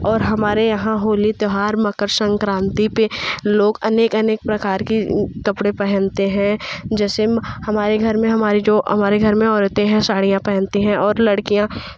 और हमारे यहाँ होली त्यौहार मकर संक्रांति पे लोग अनेक अनेक प्रकार के कपड़े पहनते हैं जैसे हमारे घर में हमारी जो हमारे घर में औरतें हैं साड़ियाँ पहनती हैं और लड़कियाँ